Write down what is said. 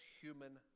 human